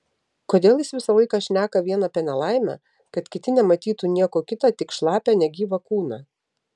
kodėl jis visą laiką šneka vien apie nelaimę kad kiti nematytų nieko kita tik šlapią negyvą kūną